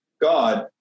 God